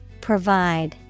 Provide